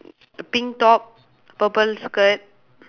the pink top purple skirt